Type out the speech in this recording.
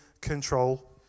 control